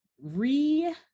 re